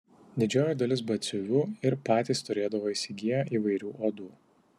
didžioji dalis batsiuvių ir patys turėdavo įsigiję įvairių odų